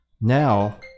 now